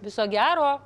viso gero